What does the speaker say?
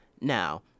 Now